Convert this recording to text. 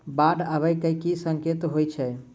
बाढ़ आबै केँ की संकेत होइ छै?